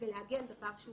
ולעגן את הפער שהוא